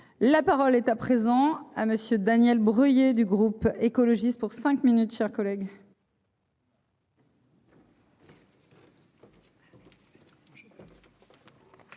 La parole est à présent à monsieur Daniel Breuiller du groupe écologiste pour cinq minutes, chers collègues.